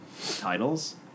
Titles